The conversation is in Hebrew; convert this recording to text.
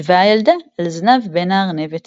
ישבה הילדה על זנב בן-הארנבת.